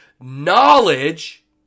knowledge